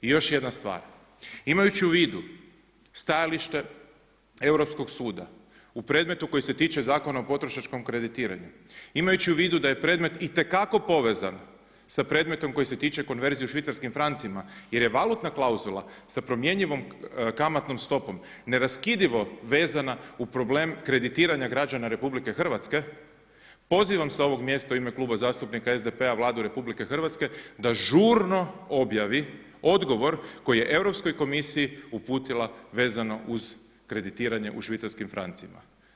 I još jedna stvar, imajući u vidu stajalište Europskog suda u predmetu koji se tiče Zakona o potrošačkom kreditiranju, imajući u vidu da je predmet itekako povezan sa predmetom koji se tiče konverzije u švicarskim francima jer je valutna klauzula sa promjenjivom kamatnom stopom neraskidivo vezana uz problem kreditiranja građana Republike Hrvatske pozivam sa ovog mjesta u ime Kluba zastupnika SDP-a Vladu Republike Hrvatske da žurno objavi odgovor koji je Europskoj komisiji uputila vezano uz kreditiranje u švicarskim francima.